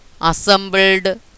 assembled